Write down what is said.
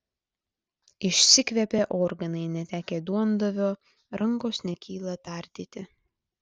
išsikvėpė organai netekę duondavio rankos nekyla tardyti